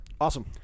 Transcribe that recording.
Awesome